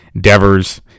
Devers